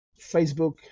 Facebook